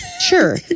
sure